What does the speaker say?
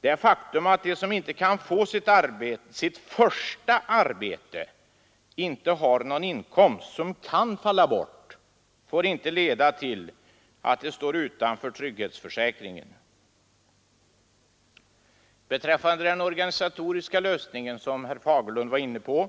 Det faktum att de som inte kan få sitt första arbete inte har någon inkomst, som kan falla bort, får inte leda till att de står utanför trygghetsförsäkringen. Beträffande den organisatoriska lösningen, som herr Fagerlund var inne på,